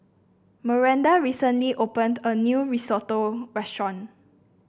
Maranda recently opened a new Risotto restaurant